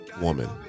woman